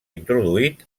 introduït